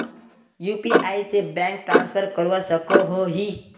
UPI से bank transfer करवा सकोहो ही?